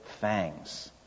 fangs